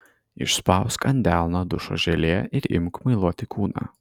išspausk ant delno dušo želė ir imk muiluoti kūną